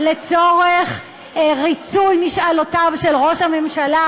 לצורך ריצוי משאלותיו של ראש הממשלה,